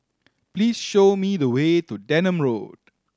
please show me the way to Denham Road